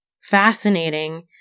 fascinating